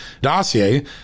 dossier